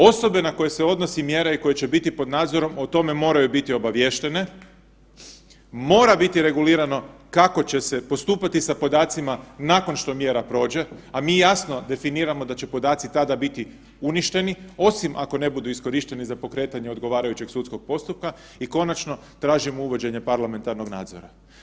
Osobe na koje se odnosi mjera i koje će biti pod nadzorom o tome moraju biti obaviještene, mora biti regulirano kako će se postupati sa podacima nakon što mjera prođe, a mi jasno definiramo da će podaci tada biti uništeni osim ako ne budu iskorišteni za pokretanje odgovarajućeg sudskog postupka i konačno tražimo uvođenje parlamentarnog nadzora.